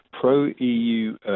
pro-EU